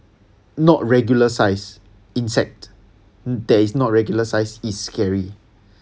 not regular size insect that is not regular size is scary